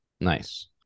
Nice